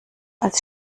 als